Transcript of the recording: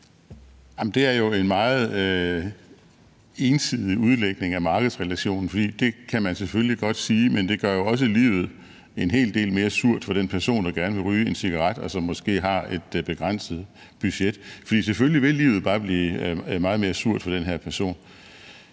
Det er jo en meget entydig udlægning af markedsrelationen, for det kan man selvfølgelig godt sige, men det gør jo også livet en hel del mere surt for den person, der gerne vil ryge en cigaret, og som måske har et begrænset budget. For selvfølgelig vil livet bare blive meget mere surt for den her person.